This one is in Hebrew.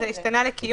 זה השתנה ל"קיום",